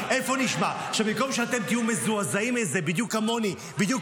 אז זה הופך אותו לחונטה צבאית?